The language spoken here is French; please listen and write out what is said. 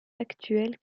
actuel